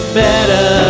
better